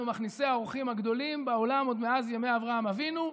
אנחנו מכניסי האורחים הגדולים בעולם עוד מאז ימי אברהם אבינו.